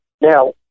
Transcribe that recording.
Now